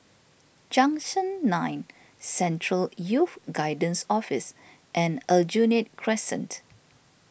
Junction nine Central Youth Guidance Office and Aljunied Crescent